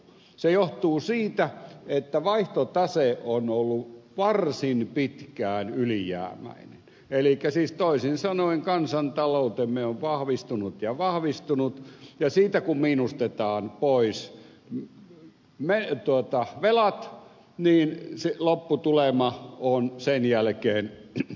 se johtuu siitä että vaihtotase on ollut varsin pitkään ylijäämäinen eli siis toisin sanoen kansantaloutemme on vahvistunut ja vahvistunut ja siitä kun miinustetaan pois velat niin lopputulema on sen jälkeen positiivinen